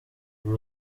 uru